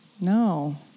No